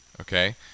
Okay